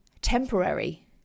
temporary